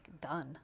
done